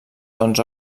tons